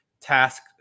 task